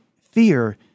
fear